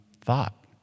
thought